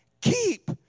keep